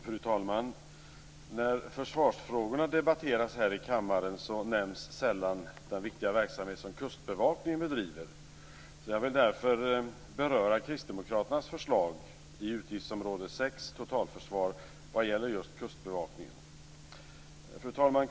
Fru talman! När försvarsfrågorna debatteras här i kammaren nämns sällan den viktiga verksamhet som Kustbevakningen bedriver. Jag vill därför beröra Fru talman!